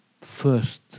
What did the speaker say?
first